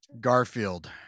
Garfield